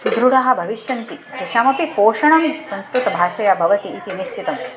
सुदृढः भविष्यन्ति तेषामपि पोषणं संस्कृतभाषया भवति इति निश्चितम्